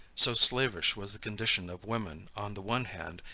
so slavish was the condition of women on the one hand,